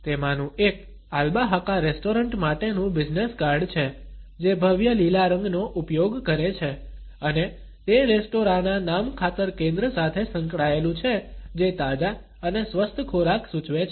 તેમાનું એક Albahaca restaurant માટેનું business card છે જે ભવ્ય લીલા રંગનો ઉપયોગ કરે છે અને તે રેસ્ટોરાંના નામખાતર કેન્દ્ર સાથે સંકળાયેલું છે જે તાજા અને સ્વસ્થ ખોરાક સૂચવે છે